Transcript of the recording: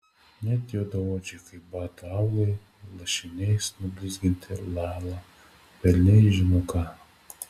net juodaodžiai kaip batų aulai lašiniais nublizginti lala velniai žino ką